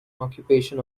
occupation